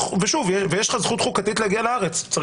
גם